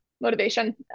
motivation